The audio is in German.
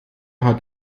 hat